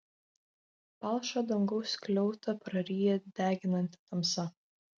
palšą dangaus skliautą praryja deginanti tamsa